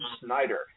Snyder